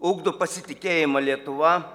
ugdo pasitikėjimą lietuva